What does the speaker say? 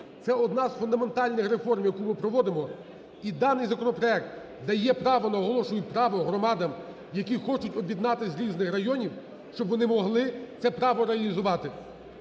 це одна з фундаментальних реформ, яку ми проводимо. І даний законопроект дає право, наголошую, право громадам, які хочуть об'єднатися з різних районів, щоб вони могли це право реалізувати.